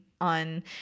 on